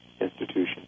institution